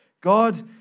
God